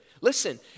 Listen